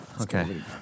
Okay